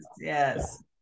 yes